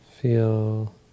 feel